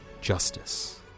Justice